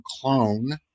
clone